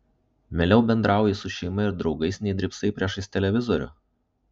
mieliau bendrauji su šeima ir draugais nei drybsai priešais televizorių